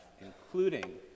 including